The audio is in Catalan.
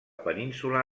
península